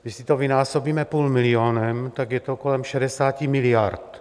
Když si to vynásobíme půl milionem, tak je to kolem 11 miliard.